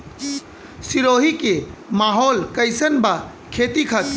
सिरोही के माहौल कईसन बा खेती खातिर?